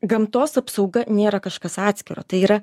gamtos apsauga nėra kažkas atskiro tai yra